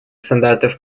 стандартов